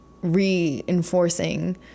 reinforcing